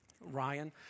Ryan